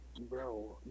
Bro